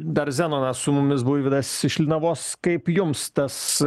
dar zenonas su mumis buivydas iš linavos kaip jums tas